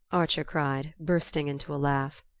archer cried, bursting into a laugh.